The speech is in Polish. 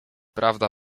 prawda